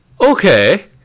Okay